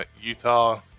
Utah